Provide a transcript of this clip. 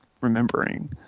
remembering